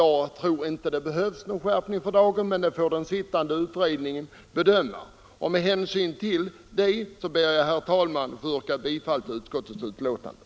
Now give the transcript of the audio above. Jag tror inte att det behövs någon sådan för dagen, men det får den sittande utredningen bedöma. Mot denna bakgrund, herr talman, ber jag att få yrka bifall till utskottets hemställan.